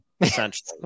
essentially